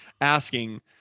asking